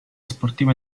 sportivo